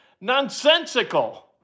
Nonsensical